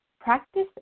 Practice